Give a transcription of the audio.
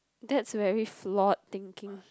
that's very flawed thinking